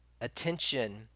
Attention